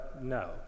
no